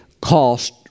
cost